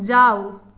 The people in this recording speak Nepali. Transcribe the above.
जाऊ